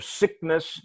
sickness